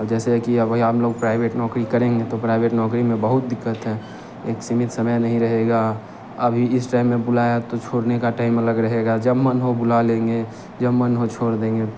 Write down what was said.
जैसे कि अभी हम लोग प्राइवेट नौकरी करेंगे तो प्राइवेट नौकरी में बहुत दिक़्क़त है एक सीमित समय नहीं रहेगा अभी इस टाइम में बुलाया तो छोड़ने का टाइम अलग रहेगा जब मन हो बुला लेंगे जब हम छोड़ देंगे